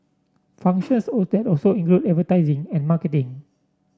functions old that also include advertising and marketing